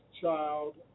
child